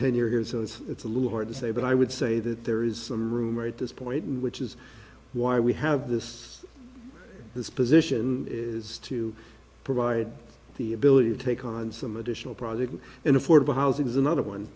tenure here so it's a little hard to say but i would say that there is some rumor at this point which is why we have this this position is to provide the ability to take on some additional projects and affordable housing is another